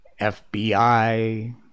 FBI